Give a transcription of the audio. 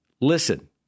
listen